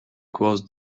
close